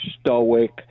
stoic